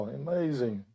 amazing